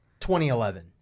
2011